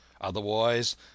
otherwise